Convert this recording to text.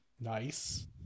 Nice